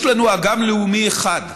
יש לנו אגם לאומי אחד.